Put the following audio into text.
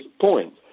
point